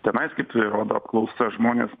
tenais kaip rodo apklausa žmonės